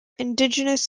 indigenous